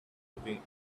looking